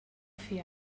fer